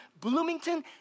Bloomington